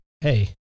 hey